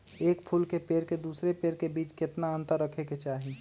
एक फुल के पेड़ के दूसरे पेड़ के बीज केतना अंतर रखके चाहि?